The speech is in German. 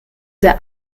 der